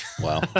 Wow